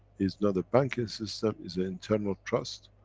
it's not a banking system, it's a internal trust,